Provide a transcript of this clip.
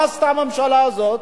מה עשתה הממשלה הזאת?